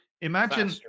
imagine